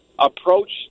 Approach